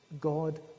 God